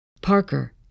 Parker